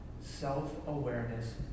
self-awareness